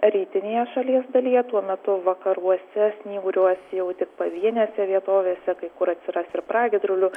rytinėje šalies dalyje tuo metu vakaruose snyguriuos jau tik pavienėse vietovėse kai kur atsiras ir pragiedrulių